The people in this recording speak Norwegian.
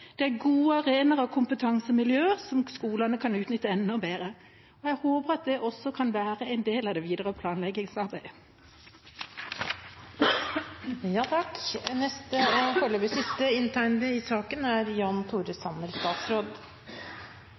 Det er gode arenaer og kompetansemiljøer som skolene kan utnytte enda bedre. Jeg håper at det også kan være en del av det videre planleggingsarbeidet. La meg først uttrykke glede over den brede politiske enigheten i denne saken. Det er